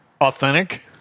authentic